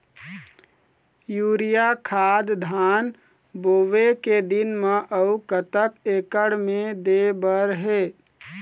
Urea खाद धान बोवे के दिन म अऊ कतक एकड़ मे दे बर हे?